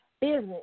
business